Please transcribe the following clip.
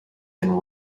been